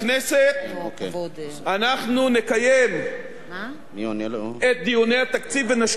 אנחנו נקיים את דיוני התקציב ונשלים אותם,